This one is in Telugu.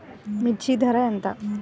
మిర్చి ధర ఎంత?